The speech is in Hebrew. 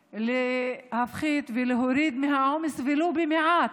להפחית, ולהוריד מהעומס, ולו במעט,